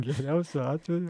geriausiu atveju